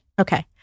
Okay